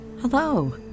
Hello